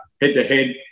head-to-head